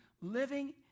living